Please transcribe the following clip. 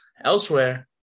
elsewhere